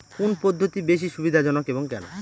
কোন পদ্ধতি বেশি সুবিধাজনক এবং কেন?